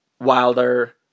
Wilder